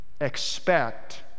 expect